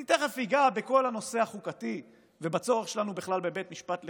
אני תכף אגע בכל הנושא החוקתי ובצורך שלנו בכלל בבית משפט לחוקה.